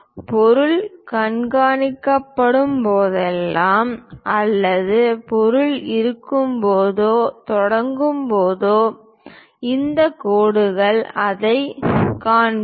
பொருள் காண்பிக்கப்படும்போதோ அல்லது பொருள் இருக்கும்போதோ தொடங்கும் போதோ இந்த கோடுகளால் அதைக் காண்பிப்போம்